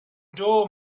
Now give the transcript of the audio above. door